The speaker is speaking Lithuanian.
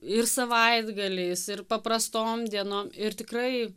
ir savaitgaliais ir paprastom dienom ir tikrai